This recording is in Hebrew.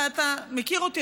ואתה מכיר אותי,